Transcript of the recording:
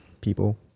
People